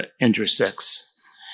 intersects